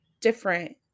different